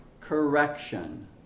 correction